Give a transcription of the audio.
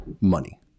money